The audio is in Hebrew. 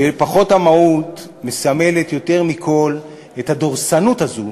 ופחות המהות, מסמלת יותר מכול את הדורסנות הזאת,